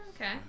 okay